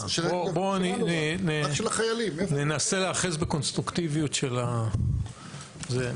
בואו ננסה להיאחז בקונסטרוקטיביות של הזה.